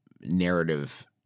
narrative